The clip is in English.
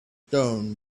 stone